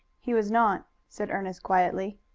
he was not, said ernest quietly.